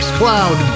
cloud